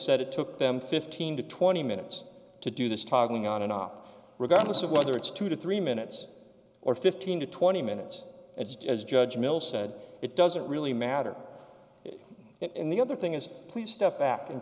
said it took them fifteen to twenty minutes to do this toggling on and off regardless of whether it's two to three minutes or fifteen to twenty minutes it's as judge mills said it doesn't really matter and the other thing is to please step back and